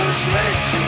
switch